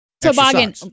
Toboggan